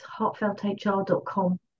heartfelthr.com